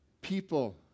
people